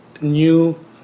new